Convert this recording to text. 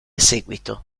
seguito